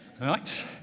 Right